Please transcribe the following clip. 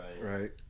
Right